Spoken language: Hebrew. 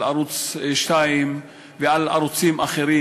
על ערוץ 2 ועל ערוצים אחרים,